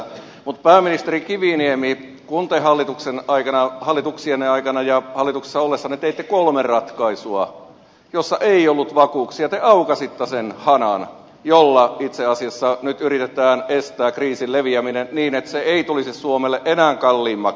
mutta entinen pääministeri kiviniemi kun te hallituksienne aikana ja hallituksessa ollessanne teitte kolme ratkaisua joissa ei ollut vakuuksia te aukaisitte sen hanan jolla itse asiassa nyt yritetään estää kriisin leviäminen niin että se ei tulisi suomelle enää kalliimmaksi